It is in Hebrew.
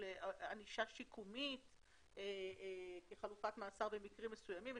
לענישה שיקומית כחלופת מאסר במקרים מסוימים.